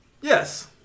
Yes